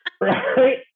right